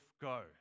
go